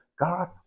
God